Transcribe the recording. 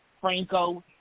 Franco